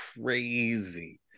crazy